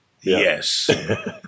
Yes